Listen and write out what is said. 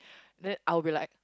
then I'll be like